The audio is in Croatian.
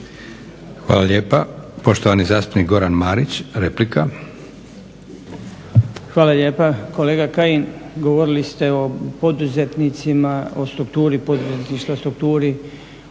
Josip Leko. Poštovani zastupnik Goran Marić replika. **Marić, Goran (HDZ)** Hvala lijepa. Kolega Kajin, govorili ste o poduzetnicima, o strukturi poduzetništva, strukturi